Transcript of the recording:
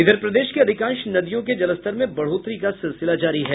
प्रदेश की अधिकांश नदियों के जलस्तर में बढ़ोतरी का सिलसिला जारी है